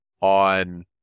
on